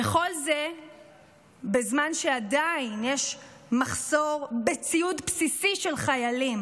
וכל זה בזמן שעדיין יש מחסור בציוד בסיסי של חיילים.